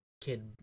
kid